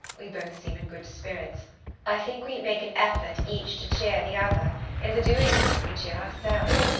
we both seem in good spirits i think we make an effort each to cheer the other in the doing so we cheer ourselves.